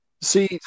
See